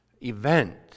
event